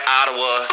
ottawa